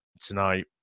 tonight